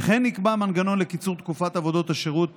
וכן נקבע מנגנון לקיצור תקופת עבודות השירות